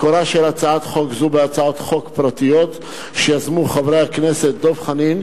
מקורה של הצעת חוק זו בהצעות חוק פרטיות שיזמו חברי הכנסת דב חנין,